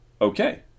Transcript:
Okay